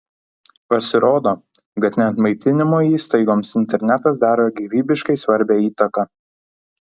pasirodo kad net maitinimo įstaigoms internetas daro gyvybiškai svarbią įtaką